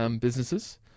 businesses